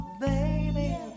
baby